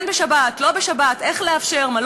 בשבת, ואפשר לבוא